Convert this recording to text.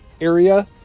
area